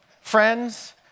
Friends